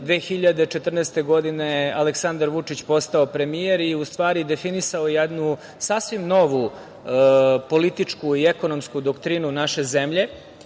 2014. godine Aleksandar Vučić postao premijer i u stvari definisao jednu sasvim novu političku i ekonomsku doktrinu naše zemlje. Imajući